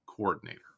coordinator